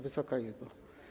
Wysoka Izbo!